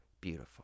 beautiful